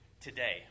today